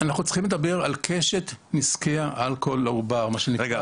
אנחנו צריכים לדבר על קשת נזקי האלכוהול לעובר --- רגע,